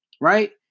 right